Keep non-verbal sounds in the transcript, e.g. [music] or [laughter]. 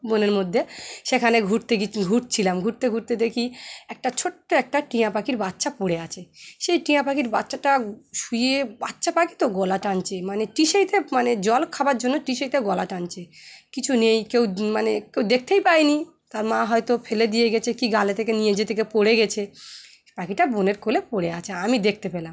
বনের মধ্যে সেখানে ঘুরতে [unintelligible] ঘুরছিলাম ঘুরতে ঘুরতে দেখি একটা ছোট্ট একটা টিঁয়া পাখির বাচ্চা পড়ে আছে সেই টিঁয়া পাখির বাচ্চাটা শুয়ে বাচ্চা পাখি তো গলা টানছে মানে [unintelligible] মানে জল খাওয়ার জন্য টিসাইতে গলা টানছে কিছু নেই কেউ মানে কেউ দেখতেই পায়নি তার মা হয়তো ফেলে দিয়ে গেছে কি গালে থেকে নিয়ে যেতে পড়ে গেছে পাখিটা বোনের কোলে পড়ে আছে আমি দেখতে পেলাম